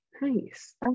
nice